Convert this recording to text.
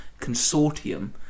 consortium